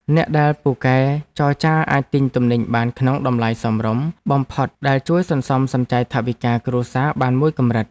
អ្នកដែលពូកែចរចាអាចទិញទំនិញបានក្នុងតម្លៃសមរម្យបំផុតដែលជួយសន្សំសំចៃថវិកាគ្រួសារបានមួយកម្រិត។